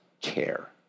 care